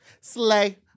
slay